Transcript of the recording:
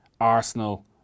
Arsenal